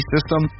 System